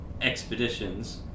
expeditions